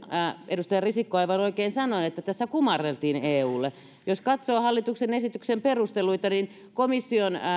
edustaja risikko aivan oikein sanoi että tässä kumarreltiin eulle jos katsoo hallituksen esityksen perusteluita niin komission